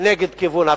נגד כיוון התנועה.